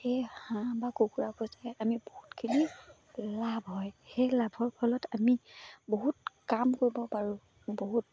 সেই হাঁহ বা কুকুৰা পইচাই আমি বহুতখিনি লাভ হয় সেই লাভৰ ফলত আমি বহুত কাম কৰিব পাৰোঁ বহুত